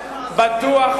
בטוח,